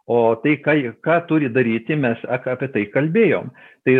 o tai ką jie ką turi daryti mes apie tai kalbėjom tai